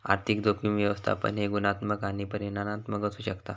आर्थिक जोखीम व्यवस्थापन हे गुणात्मक आणि परिमाणात्मक असू शकता